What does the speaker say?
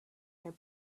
their